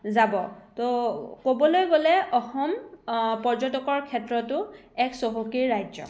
যাব তো ক'বলৈ গ'লে অসম পৰ্যটকৰ ক্ষেত্ৰতো এক চহকী ৰাজ্য